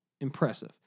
impressive